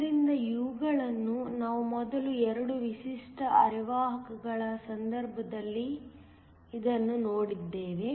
ಆದ್ದರಿಂದ ಇವುಗಳನ್ನು ನಾವು ಮೊದಲು ಎರಡೂ ವಿಶಿಷ್ಟ ಅರೆವಾಹಕಗಳನ್ನು ಸಂದರ್ಭದಲ್ಲಿ ಇದನ್ನು ನೋಡಿದ್ದೇವೆ